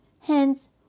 Hence